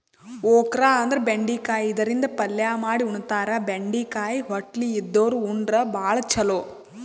okra ಅಂದ್ರ ಬೆಂಡಿಕಾಯಿ ಇದರಿಂದ ಪಲ್ಯ ಮಾಡ್ ಉಣತಾರ, ಬೆಂಡಿಕಾಯಿ ಹೊಟ್ಲಿ ಇದ್ದೋರ್ ಉಂಡ್ರ ಭಾಳ್ ಛಲೋ